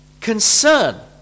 concern